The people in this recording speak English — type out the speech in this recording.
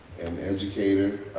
an educator.